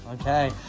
okay